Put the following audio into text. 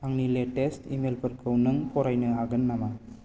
आंनि लेटेस्ट इमेलफोरखौ नों फरायनो हागोन नामा